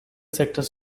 sectors